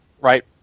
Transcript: right